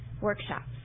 Workshops